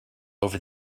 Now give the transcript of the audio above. over